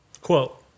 quote